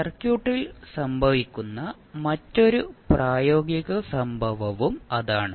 സർക്യൂട്ടിൽ സംഭവിക്കുന്ന മറ്റൊരു പ്രായോഗിക സംഭവവും അതാണ്